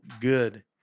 good